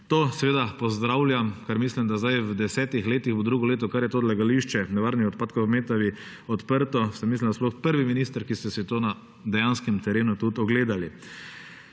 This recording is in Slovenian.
To seveda pozdravljam, ker mislim, da zdaj v desetih letih bo drugo leto, odkar je to odlagališče nevarnih odpadkov v Metavi odprto. Mislim, da ste sploh prvi minister, ki ste si to na dejanskem terenu tudi ogledali.